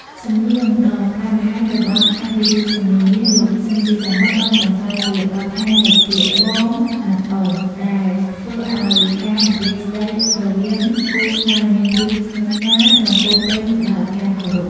សំនៀងដ៏ផ្អែមល្ហែមរបស់អធិរាជសម្លេងមាស លោក ស៊ីន ស៊ីសាមុត បានបង្កើតជាបទដ្ឋាននៃពាក្យ "បង" និង "អូន" ដែលធ្វើឱ្យការនិយាយស្តីរវាងគូស្នេហ៍មានភាពស្និទ្ធស្នាល និងពោរពេញដោយការគោរព។